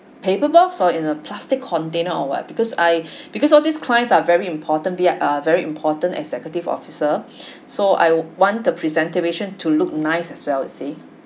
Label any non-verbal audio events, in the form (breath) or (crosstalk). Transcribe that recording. paper box or in a plastic container or what because I (breath) because all these clients are very important they are uh very important executive officer (breath) so I want the presentation to look nice as well you see